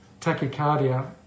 tachycardia